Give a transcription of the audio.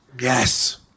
Yes